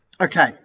Okay